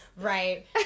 Right